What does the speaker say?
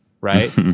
right